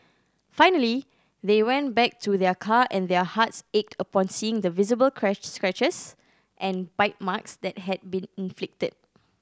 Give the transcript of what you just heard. finally they went back to their car and their hearts ached upon seeing the visible scratches and bite marks that had been inflicted